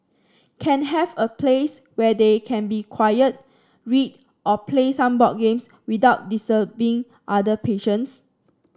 can have a place where they can be quiet read or play some board games without other patients